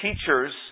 teachers